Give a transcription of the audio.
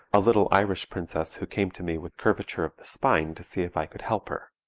a little irish princess who came to me with curvature of the spine to see if i could help her.